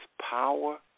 power